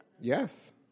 Yes